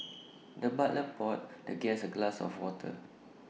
the butler poured the guest A glass of water